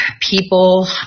people